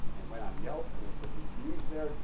and went on yelp, and they put reviews there.